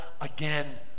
again